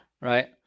Right